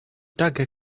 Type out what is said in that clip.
dagger